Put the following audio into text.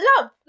love